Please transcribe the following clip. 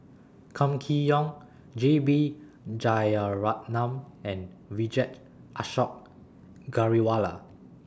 Kam Kee Yong J B Jeyaretnam and Vijesh Ashok Ghariwala